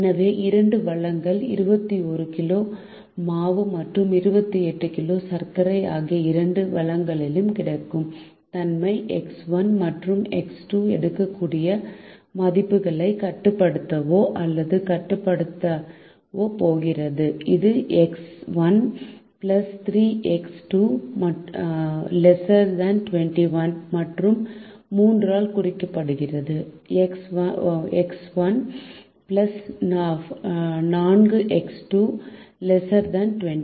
எனவே இரண்டு வளங்கள் 21 கிலோ மாவு மற்றும் 28 கிலோ சர்க்கரை ஆகிய இரண்டு வளங்களின் கிடைக்கும் தன்மை எக்ஸ் 1 மற்றும் எக்ஸ் 2 எடுக்கக்கூடிய மதிப்புகளை கட்டுப்படுத்தவோ அல்லது கட்டுப்படுத்தவோ போகிறது இது 3 எக்ஸ் 1 3 எக்ஸ் 2 ≤21 மற்றும் 3 ஆல் குறிக்கப்படுகிறது எக்ஸ் 1 4 எக்ஸ் 2 ≤28